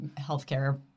healthcare